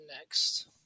next